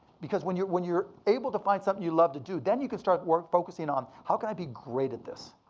because when you're when you're able to find something you love to do, then you can start focusing on how can i be great at this.